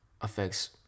Affects